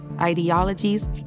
ideologies